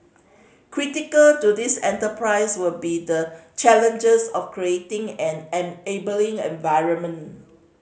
critical to this enterprise will be the challenges of creating an enabling environment